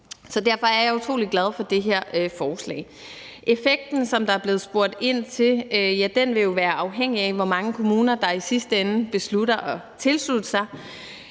Derfor er jeg utrolig glad for det her forslag. Effekten, som der er blevet spurgt ind til, vil jo være afhængig af, hvor mange kommuner der i sidste ende beslutter at tilslutte sig.